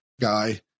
guy